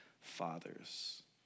fathers